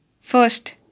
First